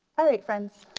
all right friends,